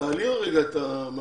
תעלי שוב את המל"ג.